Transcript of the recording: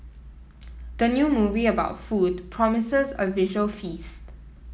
the new movie about food promises a visual feast